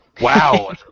Wow